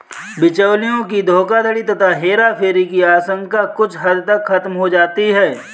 बिचौलियों की धोखाधड़ी तथा हेराफेरी की आशंका कुछ हद तक खत्म हो जाती है